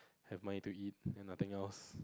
have money to eat and nothing else